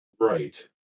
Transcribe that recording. Right